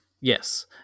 Yes